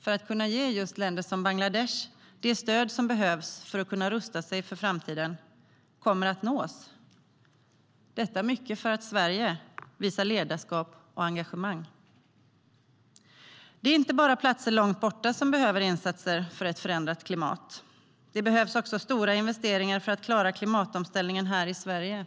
för att kunna ge just länder som Bangladesh det stöd som behövs för att de ska kunna rusta sig inför kommande utmaningar, kommer att nås, detta mycket för att Sverige visar ledarskap och engagemang. Det är inte bara platser långt borta som behöver insatser för ett förändrat klimat. Det behövs stora investeringar också för att klara klimatomställningen i Sverige.